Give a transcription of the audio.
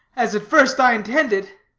as at first i intended.